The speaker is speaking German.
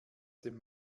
dem